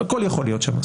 הכול יכול להיות שם.